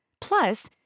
Plus